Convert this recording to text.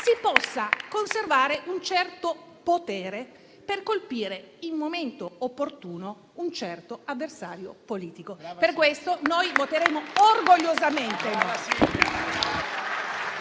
si possa conservare un certo potere per colpire al momento opportuno un certo avversario politico. Per questo noi voteremo orgogliosamente